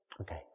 Okay